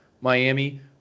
Miami